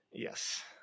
Yes